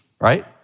right